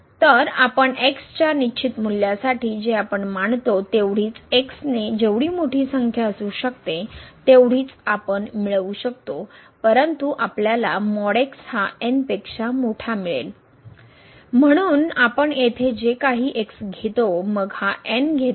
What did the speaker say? तर आपण x च्या निश्चित मूल्यासाठी जे आपण मानतो तेवढीच x ने जेवढी मोठी संख्या असू शकते तेव ढीच आपण मिळवू शकतो परंतु आपल्याला हा n पेक्षा मोठा मिळेल म्हणून आपण येथे जे काही घेतो मग हा घेतो